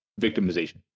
victimization